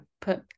put